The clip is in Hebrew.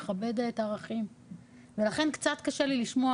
מכבדת ערכים ולכן קצת קשה לי לשמוע,